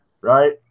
right